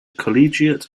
collegiate